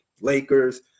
Lakers